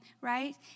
right